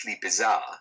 bizarre